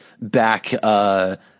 back